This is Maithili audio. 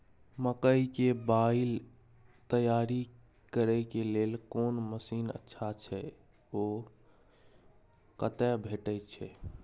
मकई के बाईल तैयारी करे के लेल कोन मसीन अच्छा छै ओ कतय भेटय छै